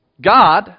God